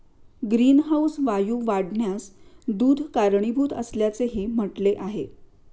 greenhouse वायू वाढण्यास दूध कारणीभूत असल्याचेही म्हटले आहे